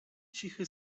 cichy